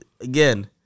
again